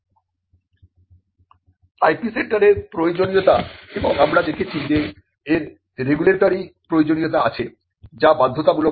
IP সেন্টারের প্রয়োজনীয়তা এবং আমরা দেখেছি যে এর রেগুলেটরি প্রয়োজনীয়তা রয়েছে যা বাধ্যতামূলক হয়